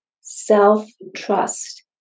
Self-trust